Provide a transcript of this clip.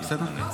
לא, סיימנו.